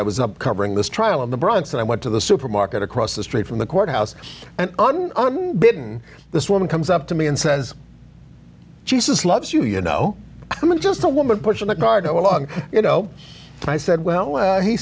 i was covering this trial in the bronx and i went to the supermarket across the street from the courthouse and didn't this woman comes up to me and says she says loves you you know i'm just a woman pushing a car go along you know i said well he